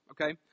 okay